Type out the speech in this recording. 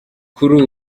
kuri